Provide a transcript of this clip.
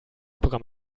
programm